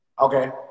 Okay